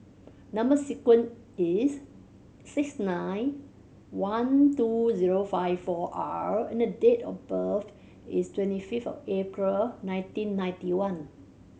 number sequence is six nine one two zero five four R and date of birth is twenty fifth of April nineteen ninety one